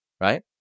right